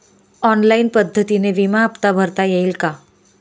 Online पद्धतीने विमा हफ्ता भरता येईल का?